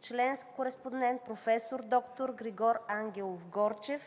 член-кореспондент професор доктор Григор Ангелов Горчев.